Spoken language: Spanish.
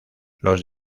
los